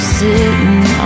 sitting